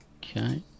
Okay